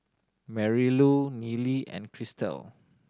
Marylou Neely and Christel